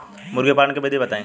मुर्गी पालन के विधि बताई?